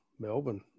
Melbourne